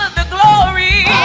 the glory